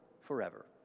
forever